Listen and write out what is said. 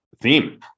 theme